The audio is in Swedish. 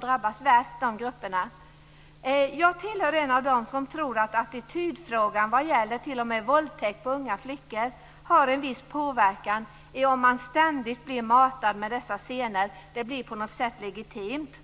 drabbas värst. Jag hör till en av dem som tror att attitydfrågan t.o.m. vad gäller våldtäkt av unga flickor har en viss påverkan om man ständigt blir matad med dessa scener. Det blir på något sätt legitimt.